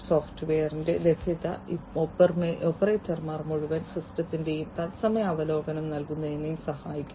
സോഫ്റ്റ്വെയറിന്റെ ലഭ്യത ഓപ്പറേറ്റർമാർക്ക് മുഴുവൻ സിസ്റ്റത്തിന്റെയും തത്സമയ അവലോകനം നൽകുന്നതിനും സഹായിക്കുന്നു